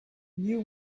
you